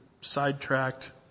sidetracked